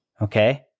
Okay